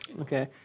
Okay